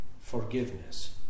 forgiveness